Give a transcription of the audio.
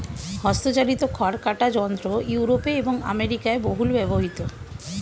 হস্তচালিত খড় কাটা যন্ত্র ইউরোপে এবং আমেরিকায় বহুল ব্যবহৃত